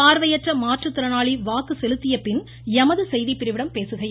பார்வையற்ற மாற்றுத்திறனாளி வாக்கு செலுத்திய பின் எமது செய்திப்பிரிவிடம் பேசுகையில்